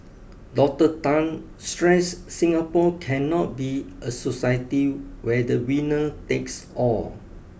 Doctor Tan stressed Singapore cannot be a society where the winner takes all